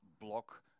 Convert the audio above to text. block